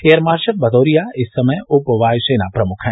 air marshal Bhadauria इस समय उप वायुसेना प्रमुख हैं